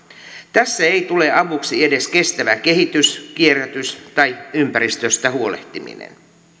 tässä ei tule avuksi edes kestävä kehitys kierrätys tai ympäristöstä huolehtiminen